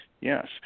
Yes